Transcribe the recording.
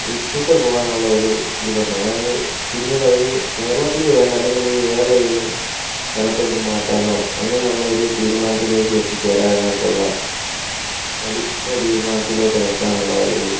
ഇട്ടിട്ട് പോകാനുള്ള ഒരു ഇതിലോട്ട് ആണ് അതായത് പിന്നീട് അത് കേരളത്തിൽ വേണ്ട അല്ലെന്ന് ഉണ്ടെങ്കിൽ വേറെ ഏതെലും സ്ഥലത്തോട്ട് മാറ്റാനോ അങ്ങനെയുള്ള ഒരു തീരുമാനത്തിലേക്ക് എത്തിച്ചേരാനായിട്ടുള്ള കടുത്ത തീരുമാനത്തിലോട്ട് എത്താനുള്ള ഒരു